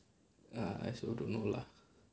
ah I also don't know lah